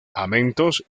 amentos